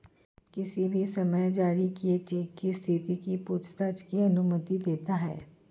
किसी भी समय जारी किए चेक की स्थिति की पूछताछ की अनुमति देता है